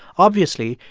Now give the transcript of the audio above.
obviously,